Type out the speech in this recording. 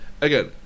again